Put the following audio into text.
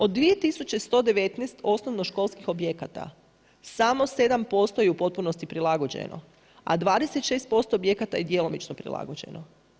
Od 2.119 osnovnoškolskih objekata samo 7% je u potpunosti prilagođeno, a 26% objekata je djelomično prilagođeno.